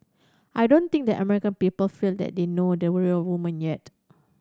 I don't think the American people feel that they know the real woman yet